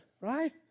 right